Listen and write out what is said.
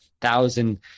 thousand